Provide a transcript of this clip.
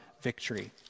victory